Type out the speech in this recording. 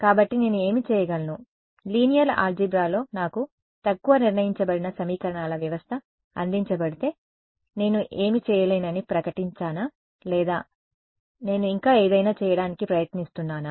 కాబట్టి నేను ఏమి చేయగలను లీనియర్ ఆల్జీబ్రాలో నాకు తక్కువ నిర్ణయించబడిన సమీకరణాల వ్యవస్థ అందించబడితే నేను ఏమీ చేయలేనని ప్రకటించానా లేదా నేను ఇంకా ఏదైనా చేయడానికి ప్రయత్నిస్తున్నానా